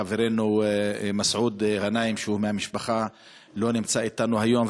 חברנו מסעוד גנאים שהוא מהמשפחה לא נמצא אתנו היום,